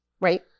right